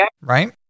Right